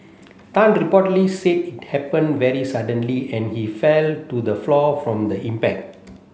Tan reportedly said it happened very suddenly and he fell to the floor from the impact